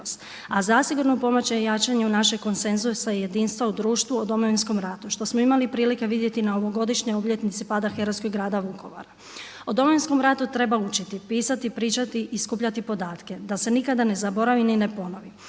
a zasigurno pomaže i jačanju našeg konsenzusa i jedinstva u društvu o Domovinskom ratu što smo imali prilike i vidjeti na ovogodišnjoj obljetnici pada herojskog grada Vukovara. O Domovinskom ratu treba učiti, pisati, pričati i skupljati podatke da se nikada ne zaboravi ni ne ponovi.